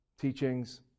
teachings